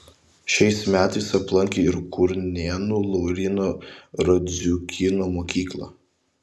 šiais metais aplankė ir kurnėnų lauryno radziukyno mokyklą